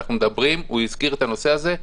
הוא הזכיר את הנושא הזה.